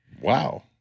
Wow